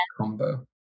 combo